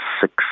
six